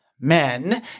Men